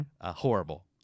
Horrible